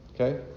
okay